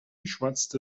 schwatzte